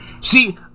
See